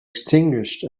extinguished